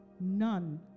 None